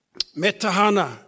Metahana